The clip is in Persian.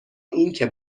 اینکه